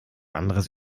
anderes